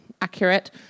accurate